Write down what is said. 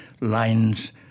lines